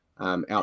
out